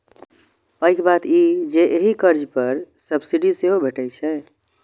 पैघ बात ई जे एहि कर्ज पर सब्सिडी सेहो भैटै छै